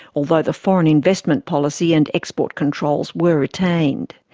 although the foreign investment policy and export controls were retained.